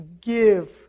give